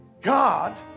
God